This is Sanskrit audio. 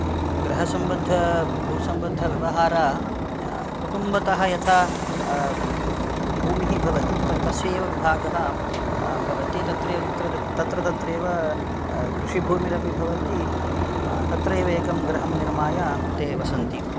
गृहसम्बद्धभूसम्बद्धव्यवहाराः कुटुम्बतः यथा भूमिः भवति तस् तस्यैव विभागः भवति तत्रैव तत्र तत्र तत्रैव कृषिभूमिरपि भवति तत्रैव एकं गृहं निर्माय ते वसन्ति